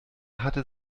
hatte